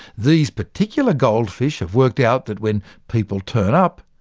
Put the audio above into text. these particular goldfish have worked out that when people turn up,